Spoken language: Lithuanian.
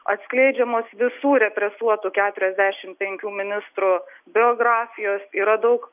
atskleidžiamos visų represuotų keturiasdešimt penkių ministrų biografijos yra daug